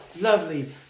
lovely